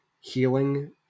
healing